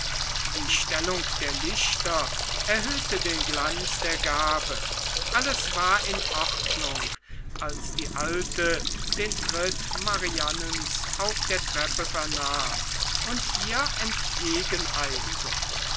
die stellung der lichter erhöhte den glanz der gabe alles war in ordnung als die alte den tritt marianens auf der treppe vernahm und ihr